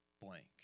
blank